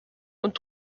und